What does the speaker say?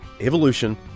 evolution